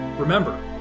Remember